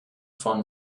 von